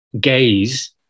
gaze